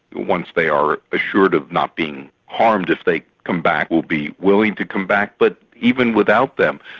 once they are assured of not being harmed if they come back, will be willing to come back, but even without them,